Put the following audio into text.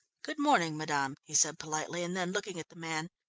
good morning, madame, he said politely, and then looking at the man,